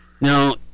Now